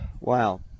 Wow